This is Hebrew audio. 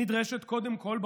נדרשת קודם כול,